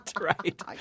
right